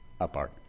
apart